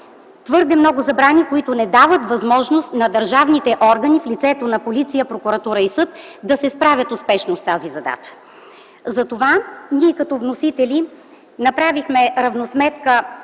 твърде много забрани, които не дават възможност на държавните органи в лицето на полиция, прокуратура и съд да се справят успешно с тази задача. Затова ние като вносители направихме равносметка